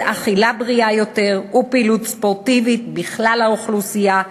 אכילה בריאה יותר ופעילות ספורטיבית בכלל האוכלוסייה,